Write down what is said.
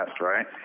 Right